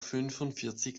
fünfundvierzig